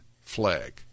flag